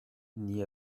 n’y